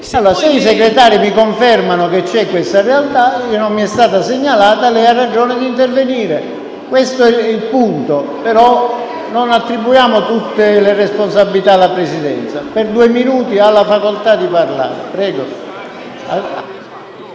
Segretari confermano questa realtà, che non mi è stata segnalata, lei ha ragione di intervenire. Questo è il punto, però non attribuiamo tutte le responsabilità alla Presidenza. Senatore D'Ambrosio Lettieri, ha facoltà di parlare,